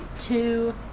Two